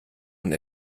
und